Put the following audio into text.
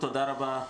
תודה רבה,